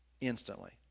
instantly